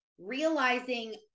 realizing